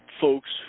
folks